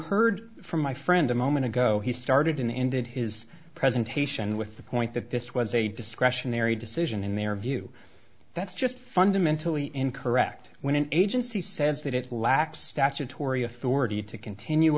heard from my friend a moment ago he started and ended his presentation with the point that this was a discretionary decision in their view that's just fundamentally incorrect when an agency says that it lacks statutory authority to continue